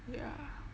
ya